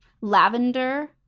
lavender